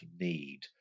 need